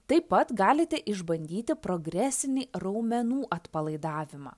taip pat galite išbandyti progresinį raumenų atpalaidavimą